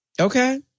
Okay